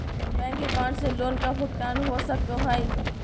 Bank account से loan का भुगतान हो सको हई?